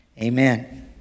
amen